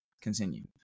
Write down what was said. Continue